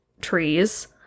trees